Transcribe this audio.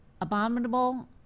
abominable